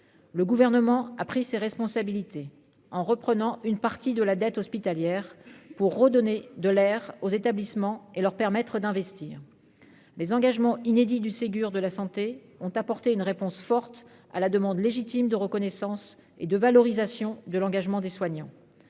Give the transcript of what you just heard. le gouvernement a pris ses responsabilités en reprenant une partie de la dette hospitalière pour redonner de l'air aux établissements et leur permettre d'investir les engagements inédit du Ségur de la santé ont apporté une réponse forte à la demande légitime de reconnaissance et de valorisation de l'engagement des soignants,